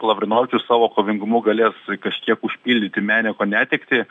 lavrinovičius savo kovingumu galės kažkiek užpildyti meneko netektį